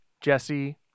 Jesse